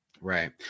Right